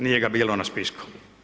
Nije ga bilo na spisku.